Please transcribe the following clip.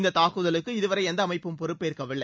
இந்த தாக்குதலுக்கு இதுவரை எந்த அமைப்பும் பொறுப்பேற்கவில்லை